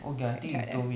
it's like that